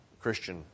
Christian